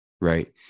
right